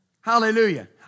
Hallelujah